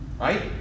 Right